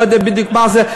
לא יודע בדיוק מה זה,